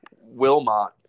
Wilmot